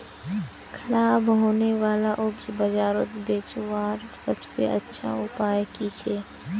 ख़राब होने वाला उपज बजारोत बेचावार सबसे अच्छा उपाय कि छे?